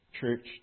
church